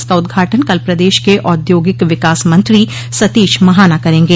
इसका उद्घाटन कल प्रदेश के औद्योगिक विकास मंत्री सतीश महाना करेंगे